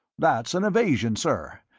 that's an evasion, sir.